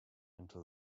into